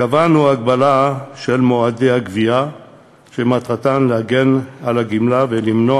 קבענו הגבלה של מועדי הגבייה שמטרתה להגן על הגמלה ולמנוע